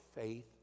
faith